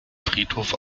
friedhof